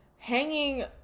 Hanging